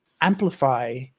amplify